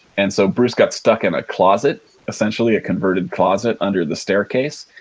and so, bruce got stuck in a closet, essentially a converted closet under the staircase,